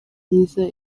myiza